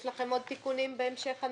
יש לכם עוד תיקונים בהמשך הנוסח?